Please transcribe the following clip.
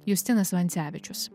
justinas vancevičius